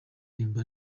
indirimbo